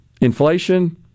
inflation